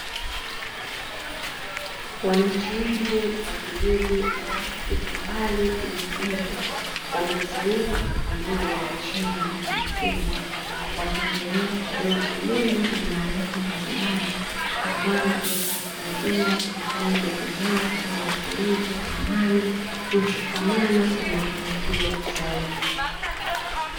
Wananchi wengi wa kijiji ambacho kipo mbalimbali na mjini wamekusanyika kwa pamoja chini ya mti mkubwa wakiendelea kupewa elimu na maarifa mbalimbali, ambayo yatawasaidia kuifanya jamii yao kuwa na utulivu amani mshikamano na mafanikio zaidi.